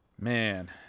Man